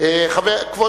כבוד